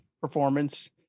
performance